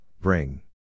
bring